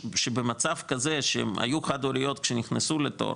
שבמצב כזה שהן היו חד הוריות שנכנסו לתור